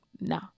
no